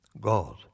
God